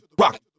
rock